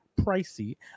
pricey